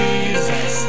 Jesus